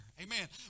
Amen